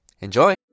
Enjoy